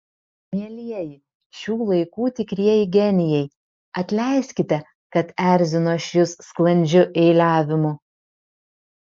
mielieji šių laikų tikrieji genijai atleiskite kad erzinu aš jus sklandžiu eiliavimu